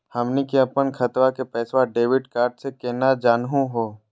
हमनी के अपन खतवा के पैसवा डेबिट कार्ड से केना जानहु हो?